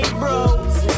bros